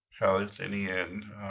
Palestinian